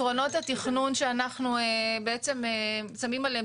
אני רוצה לדבר על עקרונות התכנון שאנחנו בעצם שמים עליהם